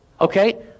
Okay